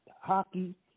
Hockey